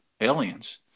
aliens